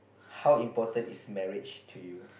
how important is marriage to you